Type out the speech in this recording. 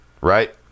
right